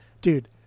Dude